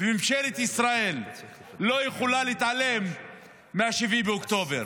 וממשלת ישראל לא יכולה להתעלם מ-7 באוקטובר.